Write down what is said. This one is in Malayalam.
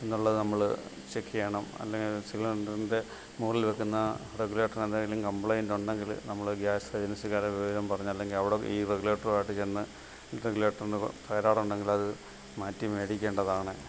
എന്നുള്ളത് നമ്മൾ ചെക്ക് ചെയ്യണം അല്ലെങ്കിൽ സിലിണ്ടറിൻ്റെ മുകളിൽ വെക്കുന്ന റെഗുലേറ്ററിനെന്തെങ്കിലും കമ്പ്ലേൻ്റ് ഉണ്ടെങ്കിൽ നമ്മൾ ഗ്യാസ് ഏജൻസിക്കാരെ വിവരം പറഞ്ഞ് അല്ലെങ്കിൽ അവിട ഈ റെഗുലേറ്ററുമായിട്ട് ചെന്ന് റെഗുലേറ്ററിന് തകരാറുണ്ടെങ്കിൽ അത് മാറ്റി മേടിക്കേണ്ടതാണ്